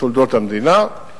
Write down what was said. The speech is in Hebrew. בתולדות המדינה.